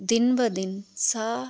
ਦਿਨ ਬ ਦਿਨ ਸਾਹ